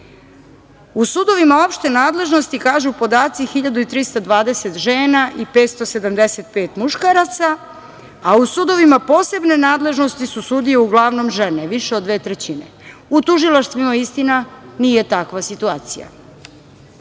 U sudovima opšte nadležnosti, kažu podaci, 1.320 žena i 575 muškaraca, a u sudovima posebne nadležnosti su sudije uglavnom žene, više od dve trećine. U tužilaštvima, istina, nije takva